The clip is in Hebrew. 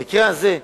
במקרה הזה,